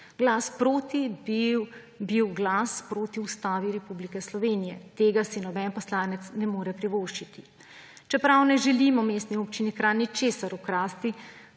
Glas proti bi bil glas proti Ustavi Republike Slovenije. Tega si noben poslanec ne more privoščiti. Čeprav ne želimo Mestni občini Kranj ničesar ukrasti,